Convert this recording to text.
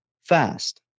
fast